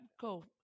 cool